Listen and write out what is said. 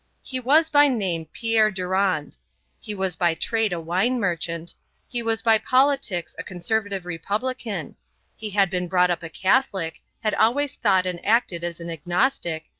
he was by name pierre durand he was by trade a wine merchant he was by politics a conservative republican he had been brought up a catholic, had always thought and acted as an agnostic,